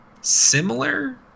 similar